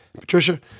Patricia